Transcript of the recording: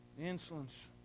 Insolence